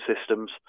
systems